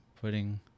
putting